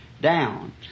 down